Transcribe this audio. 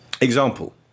Example